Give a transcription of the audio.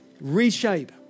reshape